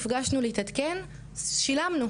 נפגשנו להתעדכן, שילמנו.